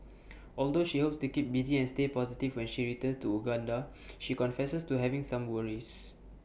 although she hopes to keep busy and stay positive when she returns to Uganda she confesses to having some worries